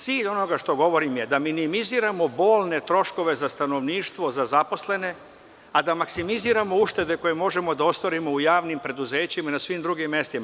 Cilj onoga što govorim je da minimiziramo bolne troškove za stanovništvo, za zaposlene, a da maksimiziramo uštede koje možemo da ostvarimo u javnim preduzećima i na svim drugim mestima.